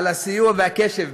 על הסיוע והקשב.